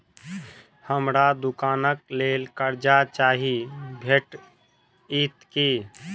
हमरा दुकानक लेल कर्जा चाहि भेटइत की?